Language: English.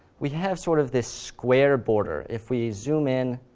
we have sort of this square border. if we zoom in